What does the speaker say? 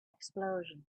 explosion